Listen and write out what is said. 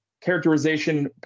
characterization